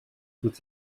with